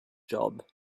job